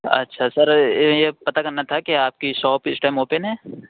اچھا سر یہ پتہ کرنا تھا کہ آپ کی شاپ اِس ٹائم اوپن ہے